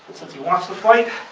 since he wants to fight,